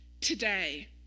today